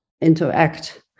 interact